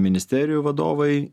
ministerijų vadovai